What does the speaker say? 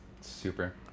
Super